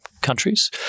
countries